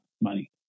money